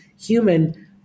Human